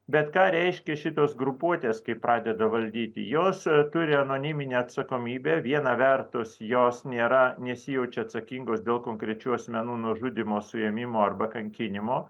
bet ką reiškia šitos grupuotės kai pradeda valdyti jos turi anoniminę atsakomybę vieną vertus jos nėra nesijaučia atsakingos dėl konkrečių asmenų nužudymo suėmimo arba kankinimo